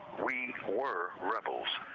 we were rebels.